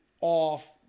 off